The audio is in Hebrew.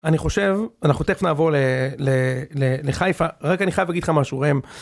אני חושב, אנחנו תכף נעבור לחיפה, רגע אני חייב להגיד לך משהו, ראם.